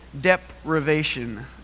deprivation